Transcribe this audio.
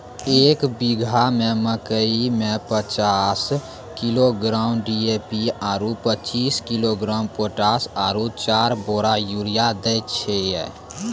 एक बीघा मे मकई मे पचास किलोग्राम डी.ए.पी आरु पचीस किलोग्राम पोटास आरु चार बोरा यूरिया दैय छैय?